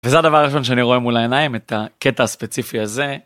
וזה הדבר הראשון שאני רואה מול העיניים: את ה...קטע הספציפי הזה.